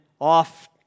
off